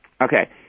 Okay